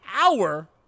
hour